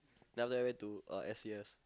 then after that I went to uh S_C_S